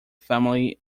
family